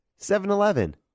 7-Eleven